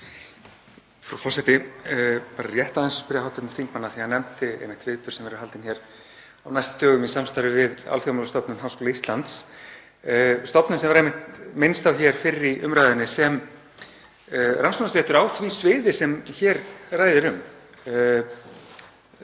Frú forseti. Bara rétt aðeins að spyrja hv. þingmann, af því að hann nefndi viðburð sem verður haldinn hér á næstu dögum í samstarfi við Alþjóðamálastofnun Háskóla Íslands, stofnun sem var einmitt minnst á fyrr í umræðunni sem rannsóknasetur á því sviði sem hér ræðir um.